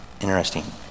interesting